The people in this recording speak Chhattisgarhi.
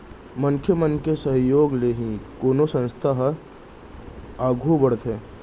मनसे मन के सहयोग ले ही कोनो संस्था ह आघू बड़थे